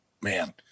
man